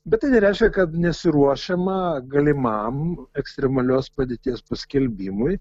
bet tai nereiškia kad nesiruošiama galimam ekstremalios padėties paskelbimui